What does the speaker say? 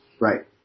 right